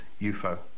UFO